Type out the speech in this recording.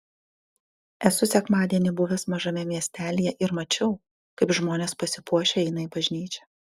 esu sekmadienį buvęs mažame miestelyje ir mačiau kaip žmonės pasipuošę eina į bažnyčią